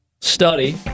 Study